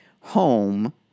home